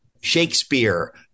Shakespeare